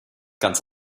ganz